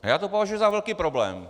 A já to považuji za velký problém.